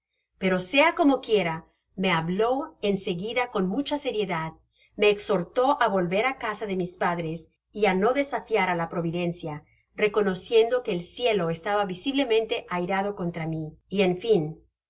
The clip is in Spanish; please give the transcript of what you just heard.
pero sea como quiera me habló en seguida con mucha seriedad me exhortó á volver á casa de mis padres y á no desafiar á la providencia reconociendo que el cielo estaba visiblemente airado contra mi y en fin